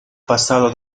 pasado